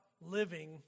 living